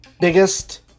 biggest